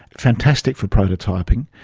fantastic for prototyping,